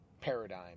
paradigm